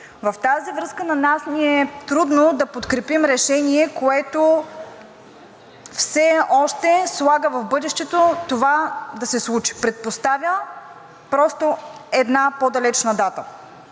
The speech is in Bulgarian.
В тази връзка на нас ни е трудно да подкрепим решение, което все още предпоставя в бъдещето това да се случи, предпоставя просто една по-далечна дата.